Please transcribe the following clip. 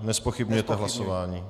Nezpochybňujete hlasování.